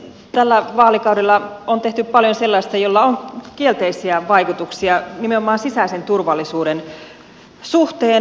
tällä vaalikaudella on tehty paljon sellaista millä on kielteisiä vaikutuksia nimenomaan sisäisen turvallisuuden suhteen